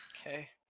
Okay